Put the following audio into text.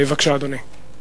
בבקשה, אדוני.